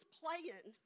playing